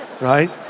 right